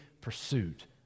pursuit